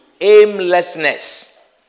aimlessness